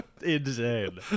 insane